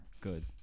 Good